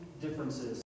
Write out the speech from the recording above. differences